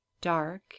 dark